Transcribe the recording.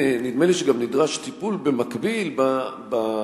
נדמה לי שגם נדרש טיפול במקביל שימנע